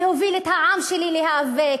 להוביל את העם שלי להיאבק.